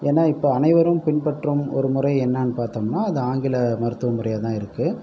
ஏன்னால் இப்போ அனைவரும் பின்பற்றும் ஒரு முறை என்னெனனு பார்த்தம்னா அது ஆங்கில மருத்துவ முறையாக தான் இருக்குது